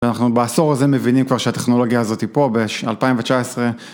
אנחנו בעשור הזה מבינים כבר שהטכנולוגיה הזאת פה, ב-2019.